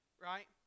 right